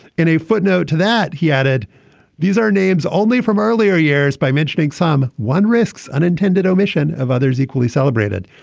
in a footnote to that, he added these are names only from earlier years by mentioning some one risks unintended omission of others equally celebrated.